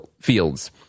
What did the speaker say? fields